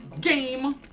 game